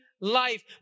life